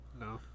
no